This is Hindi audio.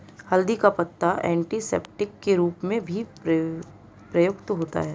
हल्दी का पत्ता एंटीसेप्टिक के रूप में भी प्रयुक्त होता है